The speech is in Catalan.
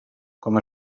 com